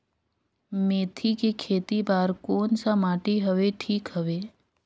मेथी के खेती बार कोन सा माटी हवे ठीक हवे?